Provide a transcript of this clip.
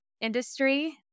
industry